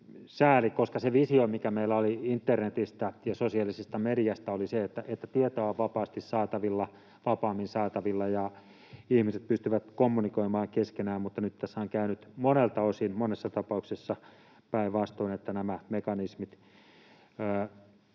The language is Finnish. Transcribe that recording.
koska se visio, mikä meillä oli internetistä ja sosiaalisesta mediasta, oli se, että tietoa on vapaammin saatavilla ja ihmiset pystyvät kommunikoimaan keskenään. Mutta nyt tässä on käynyt monelta osin, monessa tapauksessa, päinvastoin, että nämä mekanismit